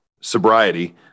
sobriety